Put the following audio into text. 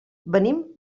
venim